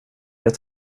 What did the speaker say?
jag